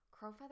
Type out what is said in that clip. Crowfeather